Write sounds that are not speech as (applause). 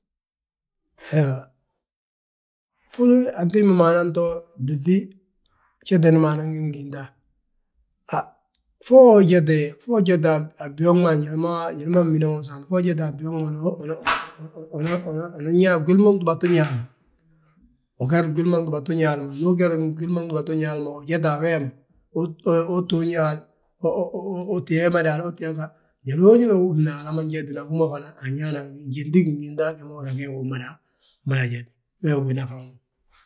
(hesitation) Búri antimbi ma nan to blúŧi, bjeteni ma anan gí bgíta. Ha, fo ujete, fo ujeta a byooŋ ma njali ma mmida wi saanta, fo ujeta a byooŋ ma, (hesitation) (noise) unan ñaa gwili ma gdúba tu Ñaali ma, uger gwili ma gdúba tu Ñaali ma. Ndu uger gwili gdúba tu Ñaali ma, ujeta a wee ma, utooñi hal, (hesitation) uu tti yeemada hal, uu tti hal, njaloo njali húrni Haala ma njetedna, húma fana anñaana gijeti gingíta gee gi umada jete wee wi gí nafan wi ma.